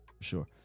sure